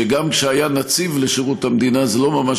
שגם כשהיה נציב לשירות המדינה זה לא ממש